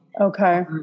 Okay